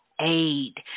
Aid